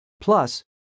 Plus